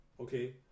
Okay